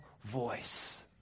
voice